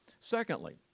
Secondly